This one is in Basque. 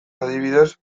adibidez